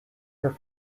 her